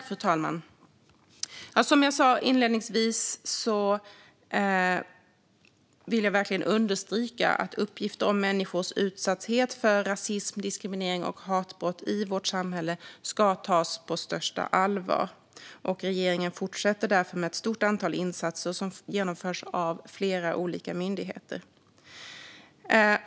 Fru talman! Som jag sa inledningsvis vill jag verkligen understryka att uppgifter om människors utsatthet för rasism, diskriminering och hatbrott i vårt samhälle ska tas på största allvar. Regeringen fortsätter därför med ett stort antal insatser som genomförs av flera olika myndigheter.